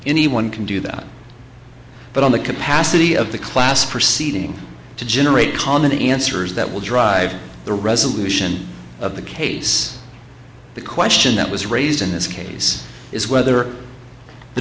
anyone can do that but on the capacity of the class proceeding to generate common answers that will drive the resolution of the case the question that was raised in this case is whether the